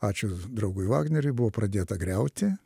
ačiū draugui vagneriui buvo pradėta griauti